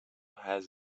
has